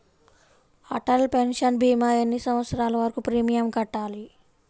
Atal pension భీమా ఎన్ని సంవత్సరాలు వరకు ప్రీమియం కట్టాలి?